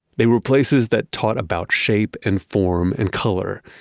they were places that taught about shape and form and color.